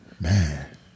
Man